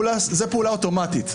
פעולה אוטומטית.